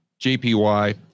JPY